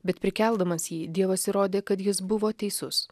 bet prikeldamas jį dievas įrodė kad jis buvo teisus